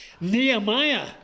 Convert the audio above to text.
Nehemiah